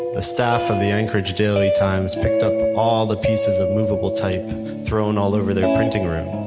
the staff of the anchorage daily times picked up all the pieces of movable type thrown all over their printing room,